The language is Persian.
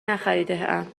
نخریدهام